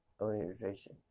organization